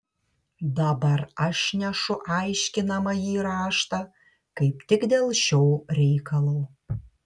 dabar aš nešu aiškinamąjį raštą kaip tik dėl šio reikalo